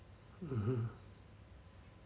mmhmm